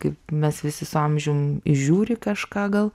kaip mes visi su amžium įžiūri kažką gal